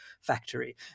factory